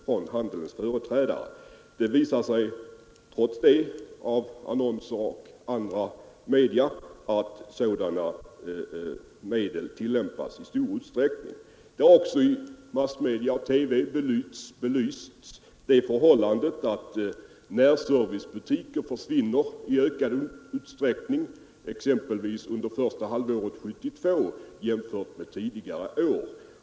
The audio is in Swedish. Trots detta har det i annonser i pressen och i andra media visat sig att sådana metoder tillämpats i stor utsträckning. Det har också i TV och andra massmedia belysts att närservicebutiker har försvunnit i ökad utsträckning, t.ex. under första halvåret 1972 jämfört med tidigare år.